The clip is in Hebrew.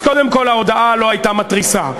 אז קודם כול, ההודעה לא הייתה מתריסה.